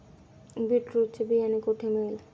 Beetroot चे बियाणे कोठे मिळेल?